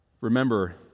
Remember